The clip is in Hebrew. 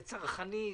זה צרכני.